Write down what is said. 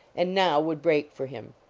and now would break for him.